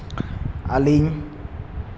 ᱟᱹᱞᱤᱧ